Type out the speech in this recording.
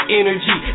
energy